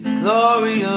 glory